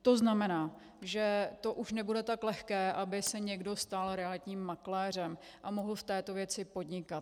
To znamená, že už nebude tak lehké, aby se někdo stal realitním makléřem a mohl v této věci podnikat.